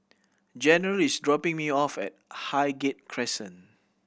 General is dropping me off at Highgate Crescent